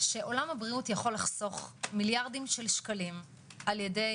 שעולם הבריאות יכול לחסוך מיליארדים של שקלים על-ידי